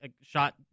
shot